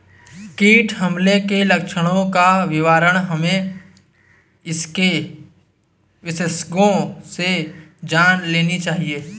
कीट हमले के लक्षणों का विवरण हमें इसके विशेषज्ञों से जान लेनी चाहिए